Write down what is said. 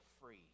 free